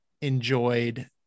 enjoyed